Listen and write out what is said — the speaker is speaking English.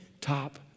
top